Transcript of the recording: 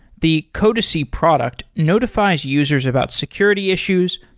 the codacy product notifies users about security issues,